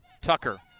Tucker